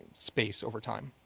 space over time.